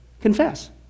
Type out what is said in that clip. Confess